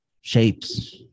shapes